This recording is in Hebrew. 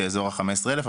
לאזור החמש-עשרה אלף,